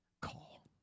Call